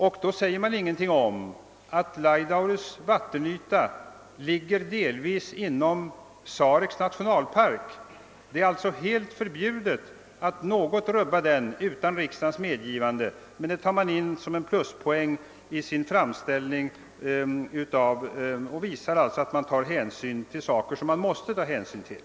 Men man sade ingenting om att Laidaures vattenyta delvis ligger inom Sareks nationalpark. Det är alltså helt förbjudet att rubba den utan riksdagens medgivande, men detta tar man in som en pluspoäng i sin framställning. Man berömmer sig alltså av att ta hänsyn till saker som man är tvungen att ta hänsyn till.